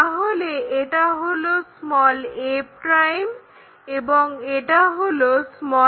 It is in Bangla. তাহলে এটা হলো a' এবং এটা হলো a